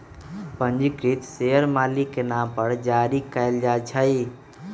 पंजीकृत शेयर मालिक के नाम पर जारी कयल जाइ छै